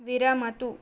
विरमतु